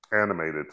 animated